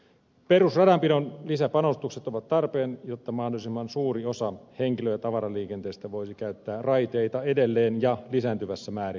perusradanpidon lisäpanostukset ovat tarpeen jotta mahdollisimman suuri osa henkilö ja tavaraliikenteestä voisi käyttää raiteita edelleen ja lisääntyvässä määrin